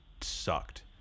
sucked